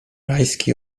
rajski